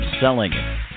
selling